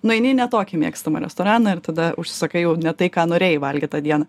nueini į ne tokį mėgstamą restoraną ir tada užsisakai jau ne tai ką norėjai valgyt tą dieną